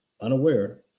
unaware